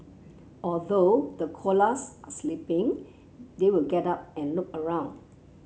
although the koalas are sleeping they will get up and look around